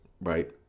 Right